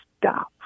stop